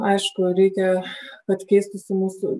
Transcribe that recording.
aišku reikia kad keistųsi mūsų